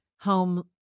home